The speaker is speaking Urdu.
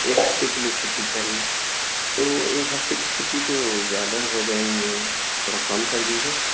ایک ہفتے کے لیے چھٹی چاہیے تو ایک ہفتے کی چھٹی تو زیادہ ہو جائیں گے تھوڑا کم کر دیجیے